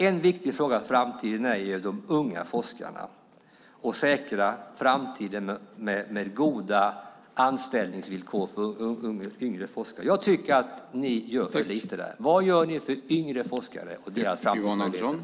En viktig fråga i framtiden handlar om de unga forskarna och att man i framtiden säkrar goda anställningsvillkor för yngre forskare. Jag tycker att ni gör för lite där. Vad gör ni för yngre forskare och deras framtidsmöjligheter?